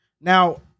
Now